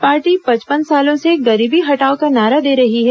party पचपन सालों से गरीबी हटाओ का नारा दे रही है